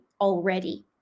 already